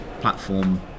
platform